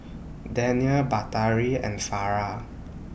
Danial Batari and Farah